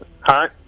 Hi